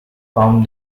from